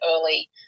early